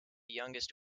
youngest